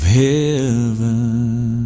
heaven